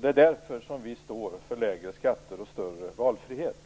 Det är därför vi står för lägre skatter och större valfrihet.